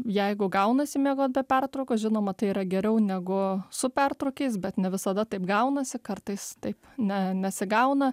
jeigu gaunasi miegot be pertraukos žinoma tai yra geriau negu su pertrūkiais bet ne visada taip gaunasi kartais taip ne nesigauna